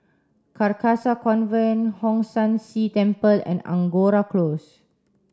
Carcasa Convent Hong San See Temple and Angora Close